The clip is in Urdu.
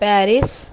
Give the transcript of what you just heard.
پیرس